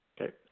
Okay